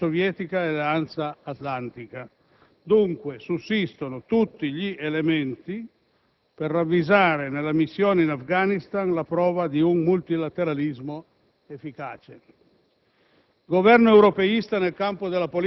del partenariato strategico fra Unione Europea e Alleanza Atlantica. Dunque, sussistono tutti gli elementi per ravvisare nella missione in Afghanistan la prova di un multilateralismo efficace.